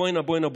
בוא הנה,